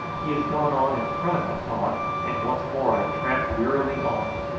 he has gone on in front, i thought, and once more i tramped wearily on,